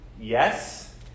Yes